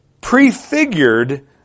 prefigured